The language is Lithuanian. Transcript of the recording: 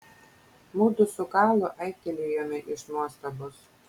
mudu su kalu aiktelėjome iš nuostabos